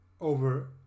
over